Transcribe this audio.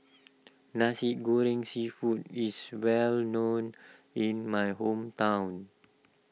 Nasi Goreng Seafood is well known in my hometown